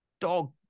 dog